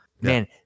Man